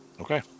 Okay